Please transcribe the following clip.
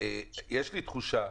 יש לי תחושה,